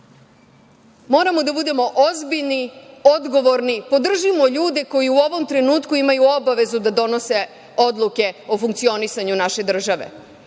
Moramo da budemo ozbiljni, odgovorni, podržimo ljude koji u ovom trenutku imaju obavezu da donose odluke o funkcionisanju naše države. Obično